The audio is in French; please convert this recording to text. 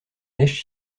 mèches